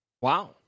Wow